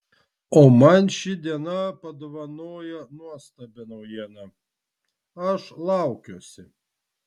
o man ši diena padovanojo nuostabią naujieną aš laukiuosi